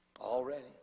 Already